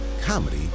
comedy